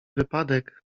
wypadek